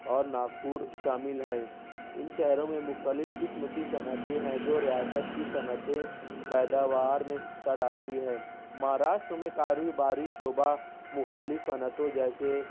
اور ناگپور شامل ہیں ان شہروں میں مختلف قسم کی صنعتیں ہیں جو ریاست کی صنعتیں پیداوار میں حصہ ڈالتی ہے مہاراشٹر میں کارو باری شعبہ مختلف صنعتوں جیسے